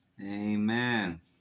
Amen